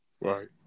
Right